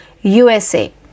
USA